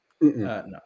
No